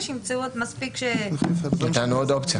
שימצאו מספיק --- נתנו עוד אופציה.